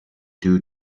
due